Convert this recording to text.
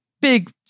big